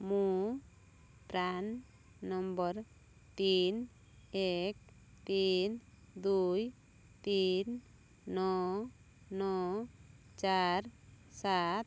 ମୁଁ PRAN number ତିନି ଏକ ତିନି ଦୁଇ ତିନି ନଅ ନଅ ଚାରି ସାତ